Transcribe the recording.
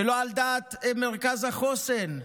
שלא על דעת מרכז החוסן,